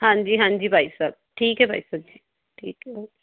ਹਾਂਜੀ ਹਾਂਜੀ ਭਾਈ ਸਾਹਿਬ ਠੀਕ ਹੈ ਬਾਈ ਸਾਹਿਬ ਜੀ ਠੀਕ ਹੈ ਓਕੇ